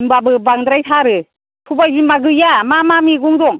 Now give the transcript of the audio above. होम्बाबो बांद्रायथारो सबायबिमा गैया मा मा मैगं दं